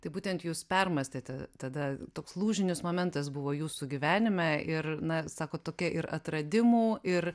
tai būtent jūs permąstėte tada toks lūžinis momentas buvo jūsų gyvenime ir na sakot tokia ir atradimų ir